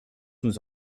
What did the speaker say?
nous